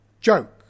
Joke